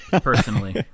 personally